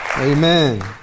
Amen